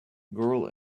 girl